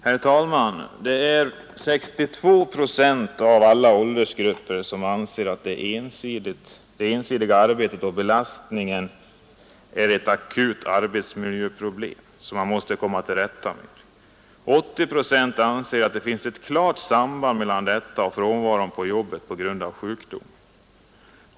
Herr talman! 62 procent av alla åldersgrupper anser att det ensidiga arbetet och belastningen är ett akut arbetsmiljöproblem, som man måste komma till rätta med. 80 procent anser att det finns ett klart samband mellan detta och frånvaron från jobbet på grund av sjukdom.